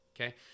okay